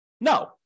No